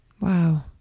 Wow